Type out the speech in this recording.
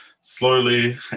slowly